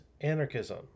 anarchism